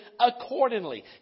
accordingly